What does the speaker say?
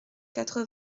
quatre